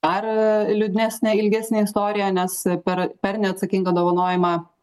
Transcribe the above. ar liūdnesnę ilgesnę istoriją nes per per neatsakingą dovanojimą